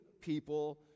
people